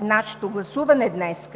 нашето гласуване днес,